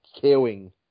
killing